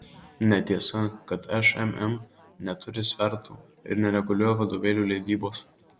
netiesa kad šmm neturi svertų ir nereguliuoja vadovėlių leidybos